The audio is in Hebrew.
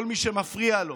כל מי שמפריע לו